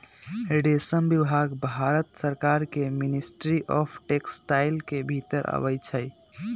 रेशम विभाग भारत सरकार के मिनिस्ट्री ऑफ टेक्सटाइल के भितर अबई छइ